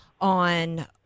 on